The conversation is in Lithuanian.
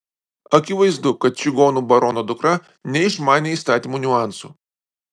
akivaizdu kad čigonų barono dukra neišmanė įstatymų niuansų